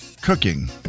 cooking